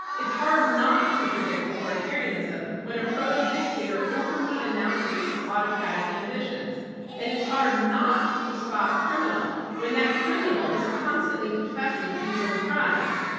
it's hard not to predict authoritarianism when a proto dictator openly announces his autocratic ambitions and it's hard not to spot a criminal when that criminal is constantly confessing to his own crimes.